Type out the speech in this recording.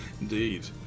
Indeed